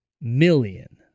million